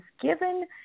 given –